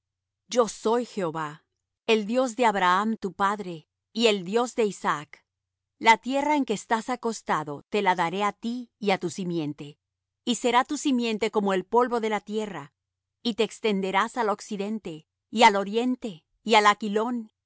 yo soy jehová el dios de abraham tu padre y el dios de isaac la tierra en que estás acostado te la daré á ti y á tu simiente y será tu simiente como el polvo de la tierra y te extenderás al occidente y al oriente y al aquilón